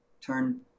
turn